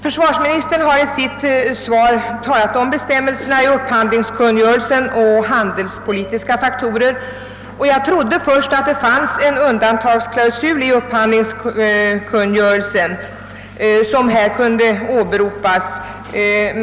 Försvarsministern har i sitt svar talat om bestämmelserna i upphandlingskungörelsen och om handelspolitiska faktorer, och jag trodde först att det fanns en undantagsklausul i upphandlingskungörelsen som kunde åberopas.